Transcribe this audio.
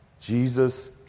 Jesus